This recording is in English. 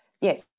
yes